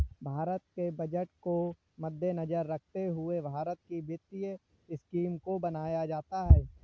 भारत के बजट को मद्देनजर रखते हुए भारत की वित्तीय स्कीम को बनाया जाता है